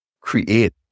create